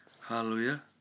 Hallelujah